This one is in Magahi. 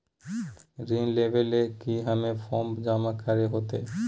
ऋण लेबे ले की की फॉर्म जमा करे होते?